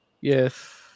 Yes